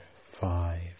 five